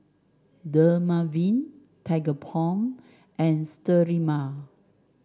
Dermaveen Tigerbalm and Sterimar